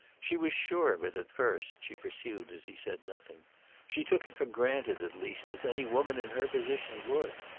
she was sure of it at first, she pursued as he said nothing she took it for granted, at least, as any woman in her position would.